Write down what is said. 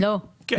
כן,